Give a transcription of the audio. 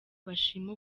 bashima